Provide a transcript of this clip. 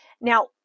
Now